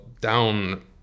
down